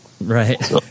Right